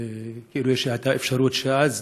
כאילו שהייתה אפשרות אז,